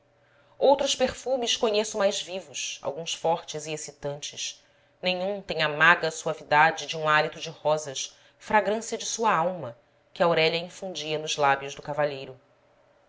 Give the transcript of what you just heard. outros perfumes conheço mais vivos alguns fortes e excitantes nenhum tem a maga suavidade de um hálito de rosas fragrância de sua alma que aurélia infundia nos lábios do cavalheiro